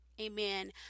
Amen